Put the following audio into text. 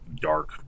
dark